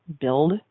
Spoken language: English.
build